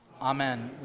amen